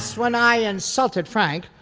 when i insulted frank.